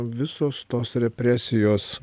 visos tos represijos